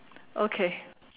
okay